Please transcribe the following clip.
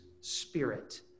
spirit